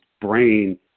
brain